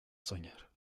soñar